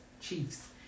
Chiefs